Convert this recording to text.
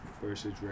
versus